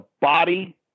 body